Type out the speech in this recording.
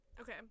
Okay